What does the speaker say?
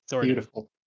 Beautiful